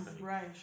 Right